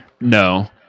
No